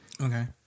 Okay